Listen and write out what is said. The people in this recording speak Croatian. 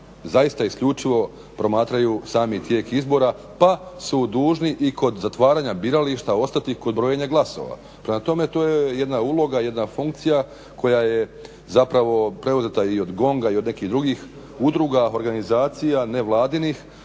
zaista isključivo promatraju sami tijek izbora pa su dužni i kod zatvaranja birališta ostati kod brojenja glasova. Prema tome, to je jedna uloga, jedna funkcija koja je zapravo preuzeta i od GONG-a i od nekih drugih udruga, organizacija nevladinih